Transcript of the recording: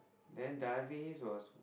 then Darvis was